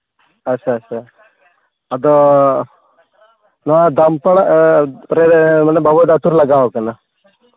ᱟᱪᱪᱷᱟ ᱟᱪᱪᱷᱟ ᱟᱫᱚ ᱱᱚᱣᱟ ᱫᱟᱢᱯᱟᱲᱟ ᱢᱟᱱᱮ ᱵᱟᱵᱳᱭᱫᱟ ᱟᱛᱳ ᱨᱮ ᱞᱟᱜᱟᱣ ᱠᱟᱱᱟ